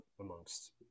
amongst